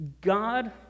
God